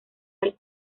del